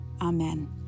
Amen